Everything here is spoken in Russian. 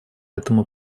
этому